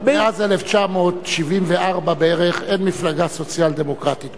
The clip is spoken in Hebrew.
מאז 1974 בערך אין מפלגה סוציאל-דמוקרטית בארץ.